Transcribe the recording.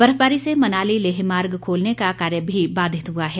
बर्फबारी से मनाली लेह मार्ग रवोलने का कार्य भी बाधित हुआ है